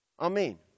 Amen